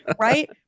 right